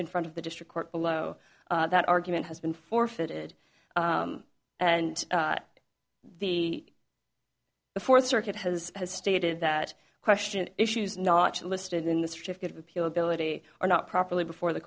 in front of the district court below that argument has been forfeited and the fourth circuit has has stated that question issues notch listed in the certificate of appeal ability are not properly before the